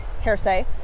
hearsay